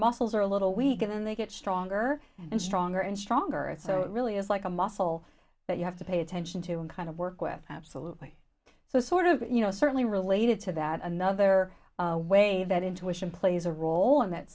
muscles are a little weak and then they get stronger and stronger and stronger and so it really is like a muscle that you have to pay attention to and kind of work with absolutely so sort of you know certainly related to that another way that intuition plays a role in that